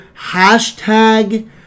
hashtag